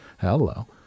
Hello